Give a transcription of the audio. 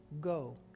Go